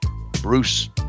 Bruce